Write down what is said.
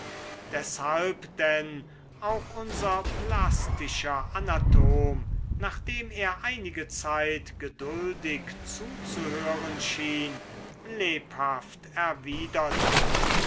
deshalb denn auch unser plastischer anatom nachdem er einige zeit geduldig zuzuhören schien lebhaft erwiderte